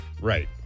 right